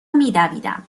میدویدم